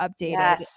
updated